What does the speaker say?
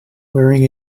wearing